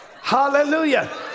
hallelujah